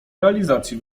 realizacji